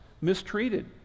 mistreated